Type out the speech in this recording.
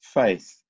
faith